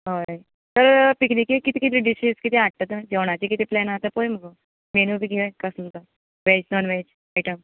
हय तर पिकनिकेक कित कितें डिशीज कितें हाडटा तूं जेवणाचें कितें प्लॅन आसा तें पळय मगो मेन्यू बी कितें कसलो तो वॅज नाॅज वॅज आयटम